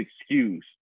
excuse